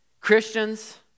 Christians